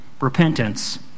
repentance